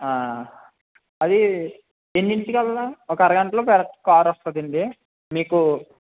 అది ఎన్నింటికల్లా ఒక అరగంటలో కార్ వస్తుందండి మీకు